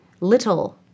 Little